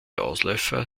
ausläufer